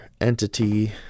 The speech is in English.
entity